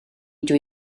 rydw